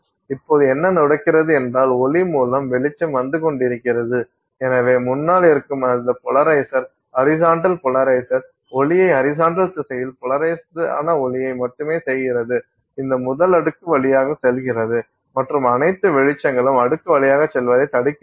இப்போது என்ன நடக்கிறது என்றால் ஒளி மூலம் வெளிச்சம் வந்து கொண்டிருக்கிறது எனவே முன்னால் இருக்கும் இந்த போலரைஷர் ஹரிசாண்டல் போலரைஷர் ஒளியை ஹரிசாண்டல் திசையில் போலரைஷடான ஒளியை மட்டுமே செய்கிறது இந்த முதல் அடுக்கு வழியாக செல்கிறது மற்ற அனைத்து வெளிச்சங்களும் அடுக்கு வழியாக செல்வதைத் தடுக்கின்றன